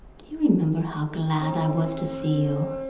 you remember how glad i was to see you?